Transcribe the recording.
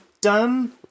done